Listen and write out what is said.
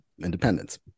independence